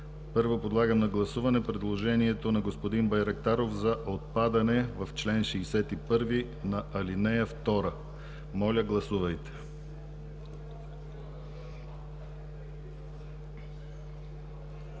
Първо, подлагам на гласуване предложението на господин Байрактаров за отпадане в чл. 61 на ал. 2. Моля, гласувайте.